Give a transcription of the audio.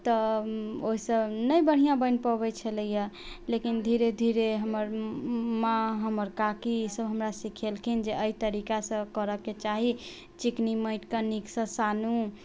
तऽ ओइसँ ने बढ़िआँ बनि पबै छलैए लेकिन धीरे धीरे हमर माँ हमर काकी ई सब हमरा सिखेलखिन जे अइ तरीकासँ करैके चाही चिकनी माटिके नीकसँ सानु